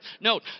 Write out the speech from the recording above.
Note